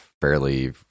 fairly